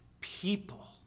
people